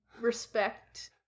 respect